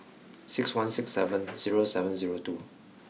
six one six seven zero seven zero two